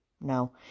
No